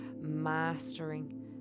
mastering